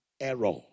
error